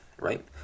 right